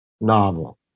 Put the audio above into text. novel